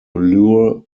lure